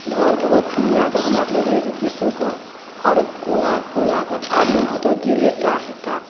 आओर बहुत दुनिआके हमरा तऽ लगैए जे विश्वके हर कोना कोनाके आदमी ओतऽ गेलेटा हेताह